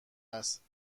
است